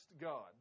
God